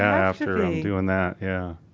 after doing that. yeah.